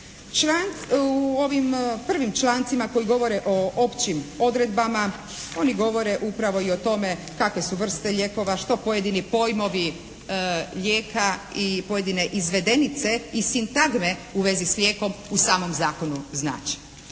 U ovim prvim člancima koji govore o općim odredbama oni govore upravo i o tome kakve su vrste lijekova, što pojedini pojmovi lijeka i pojedine izvedenice i sintagme u vezi s lijekom u samom zakonu znače.